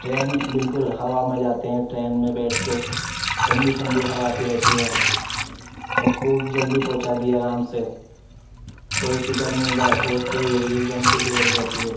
train بالکل ہوا میں جاتے ہیں ٹرین میں بیٹھ کے ٹھنڈی ٹھنڈی ہوا آتی رہتی ہے اور خوب جلدی پہنچاتی ہے آرام سے کوئی فکر نہیں جان پہنچتے ہی اب ایک دم سیٹی بج جاتی ہے